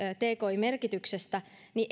tkin merkityksestä niin